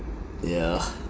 yeah